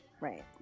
right